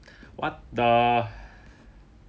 what the